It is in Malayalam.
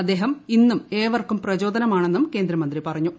അദ്ദേഹം ഇന്നും ഏവർക്കും പ്രചോദനമാണെന്നും കേന്ദ്രമന്ത്രി പറഞ്ഞു